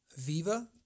Viva